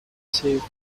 safe